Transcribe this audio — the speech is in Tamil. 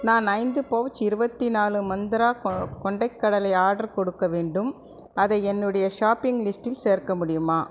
நான் ஐந்து பவுச் இருபத்தி நாலு மந்த்ரா கொ கொண்டைக் கடலை ஆர்டர் கொடுக்க வேண்டும் அதை என்னுடைய ஷாப்பிங் லிஸ்டில் சேர்க்க முடியுமா